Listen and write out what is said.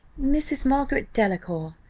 mrs. margaret delacour,